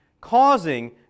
causing